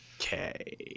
Okay